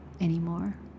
anymore